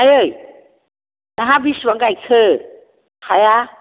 आयै नोंहा बेसेबां गायखो हाया